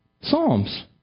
Psalms